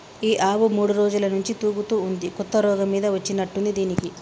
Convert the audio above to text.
ఈ ఆవు మూడు రోజుల నుంచి తూగుతా ఉంది కొత్త రోగం మీద వచ్చినట్టుంది దీనికి